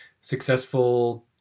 successful